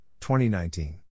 2019